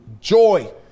Joy